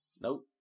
Nope